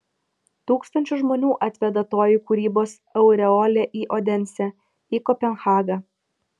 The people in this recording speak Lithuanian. tūkstančius žmonių atveda toji kūrybos aureolė į odensę į kopenhagą